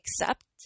Accept